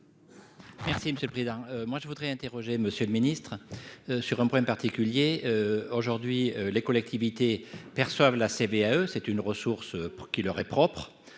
Merci monsieur le président, moi je voudrais interroger Monsieur le Ministre, sur un problème particulier aujourd'hui les collectivités perçoivent la CVAE c'est une ressource pour qui leur est propre